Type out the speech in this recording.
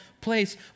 place